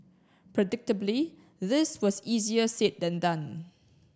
predictably this was easier said than done